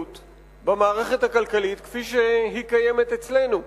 במערכת הכלכלית כפי שהיא קיימת אצלנו.